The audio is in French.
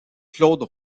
claude